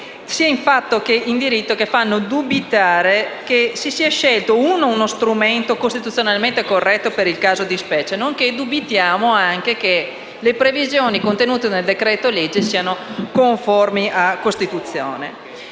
che in diritto, che fanno dubitare anzitutto che si sia scelto lo strumento costituzionalmente corretto per il caso di specie, nonché che le previsioni contenute nel decreto-legge siano conformi a Costituzione.